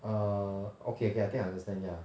err okay okay I think I understand yeah